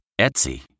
Etsy